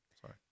Sorry